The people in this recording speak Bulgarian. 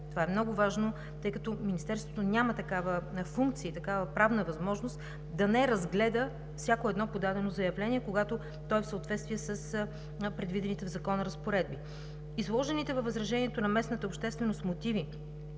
това е много важно тъй като Министерството няма такава функция и такава правна възможност да не разгледа всяко едно подадено заявление, когато то е в съответствие с предвидените в Закона разпоредби. Изложените във възражението на местната общественост мотиви